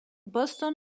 boston